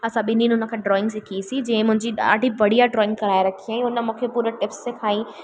असां ॿिन्ही उन खां ड्राइंग सिखी जीअं मुंहिंजी ॾाढी बढ़िया ड्राइंग कराए रखिया ई उन मूंखे पूरे टिप्स सिखाई